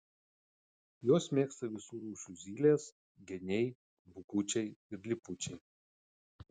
juos mėgsta visų rūšių zylės geniai bukučiai ir lipučiai